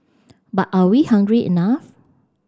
but are we hungry enough